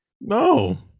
No